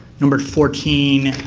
number fourteen